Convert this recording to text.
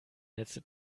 netze